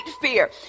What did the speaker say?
fear